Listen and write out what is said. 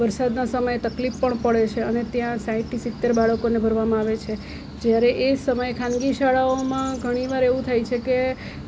વરસાદના સમયમાં તકલીફ પણ પડે છે અને ત્યાં સાઈઠથી સિતેર બાળકોને ભરવામાં આવે છે જ્યારે એ સમય ખાનગી શાળાઓમાં ઘણી વાર એવું થાય છે કે